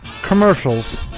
commercials